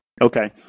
Okay